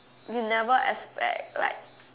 you never expect like